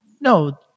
no